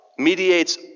mediates